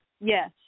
Yes